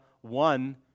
one